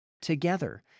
together